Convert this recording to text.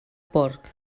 porc